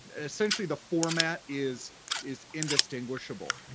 essentially, the format is is indistinguishable.